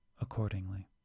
accordingly